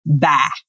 bye